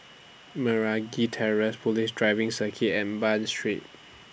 Meragi Terrace Police Driving Circuit and Bain Street